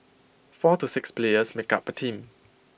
four to six players make up A team